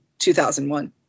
2001